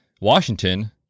Washington